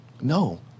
No